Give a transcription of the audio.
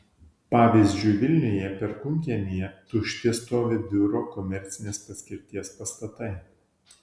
pavyzdžiui vilniuje perkūnkiemyje tušti stovi biuro komercinės paskirties pastatai